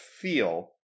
feel